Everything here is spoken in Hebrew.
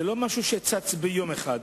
זה לא משהו שצץ ביום אחד.